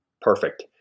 Perfect